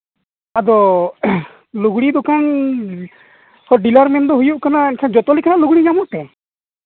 ᱟᱫᱚ ᱞᱩᱜᱽᱲᱤᱡ ᱫᱚᱠᱟᱱ ᱰᱤᱞᱟᱨ ᱢᱮᱱ ᱫᱚ ᱦᱩᱭᱩᱜ ᱠᱟᱱᱟ ᱡᱚᱛᱚ ᱞᱮᱠᱟᱱᱟᱜ ᱞᱩᱜᱽᱲᱤᱡ ᱧᱟᱢᱚᱜ ᱛᱮ